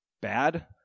bad